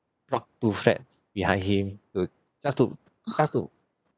rock too fat behind him to just to just to